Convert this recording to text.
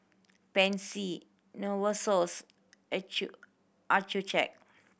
Pansy Novosource Accucheck